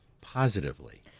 positively